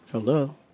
Hello